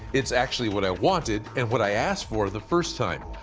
it's actually what i wanted and what i asked for the first time,